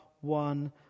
one